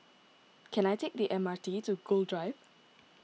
can I take the M R T to Gul Drive